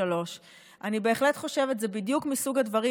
ואני בהחלט חושבת שזה בדיוק מסוג הדברים,